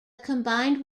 combined